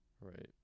right